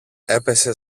έπεσε